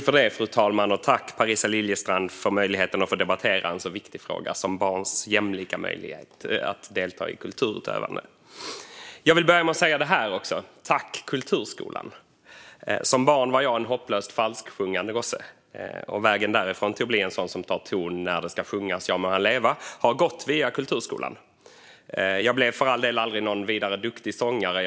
Fru talman! Tack, Parisa Liljestrand, för möjligheten att debattera en så viktig fråga som barns jämlika möjligheter att delta i kulturutövande! Jag vill börja med att säga: Tack, kulturskolan! Som barn var jag en hopplöst falsksjungande gosse. Vägen därifrån till att bli en sådan som tar ton när det ska sjungas Ja , må han leva! har gått via kulturskolan. Jag blev för all del aldrig någon vidare duktig sångare.